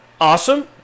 Awesome